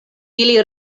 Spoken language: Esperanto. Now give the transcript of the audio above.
ili